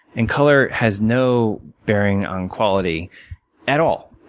and color has no bearing on quality at all.